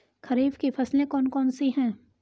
खरीफ की फसलें कौन कौन सी हैं?